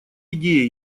идеи